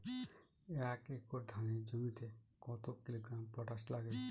এক একর ধানের জমিতে কত কিলোগ্রাম পটাশ লাগে?